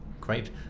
Great